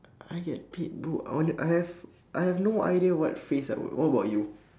I get paid bro I wonder I have I have no idea what phrase I would what about you